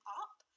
up